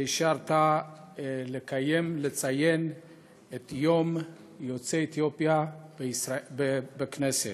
על שאפשרת לקיים ולציין את יום יוצאי אתיופיה בכנסת.